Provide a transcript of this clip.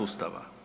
Ustava.